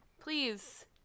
Please